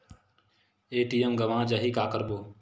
ATM गवां जाहि का करबो?